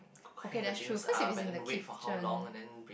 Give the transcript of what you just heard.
okay that's true cause if it's in the kitchen